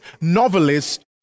novelist